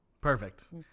perfect